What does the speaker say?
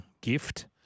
gift